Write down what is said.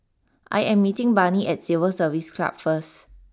I am meeting Barney at Civil Service Club first